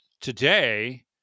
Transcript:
today